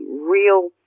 real